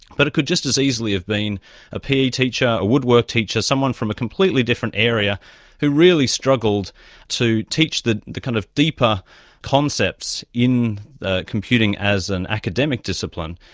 but it could just as easily have been a pe teacher, a woodwork teacher, someone from a completely different area who really struggled to teach the the kind of deeper concepts in computing as an academic discipline,